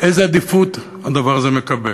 איזה עדיפות הדבר הזה מקבל.